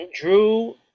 Drew